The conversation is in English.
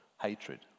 hatred